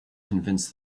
convince